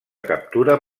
captura